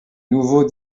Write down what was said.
nouveaux